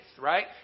right